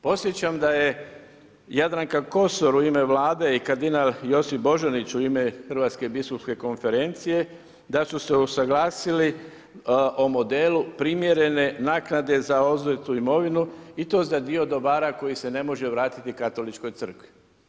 Podsjećam da je Jadranka Kosor u ime vlade i kardinal Josip Bozanić u ime Hrvatske biskupijske konferencije da su se usuglasili o modelu primjerene naknade za oduzetu imovinu i to za dio dobara koji se ne može vratiti katoličkoj crkvi.